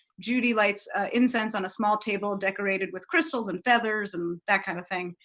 judy lights incense on a small table decorated with crystals, and feathers, and that kind of thing.